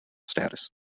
status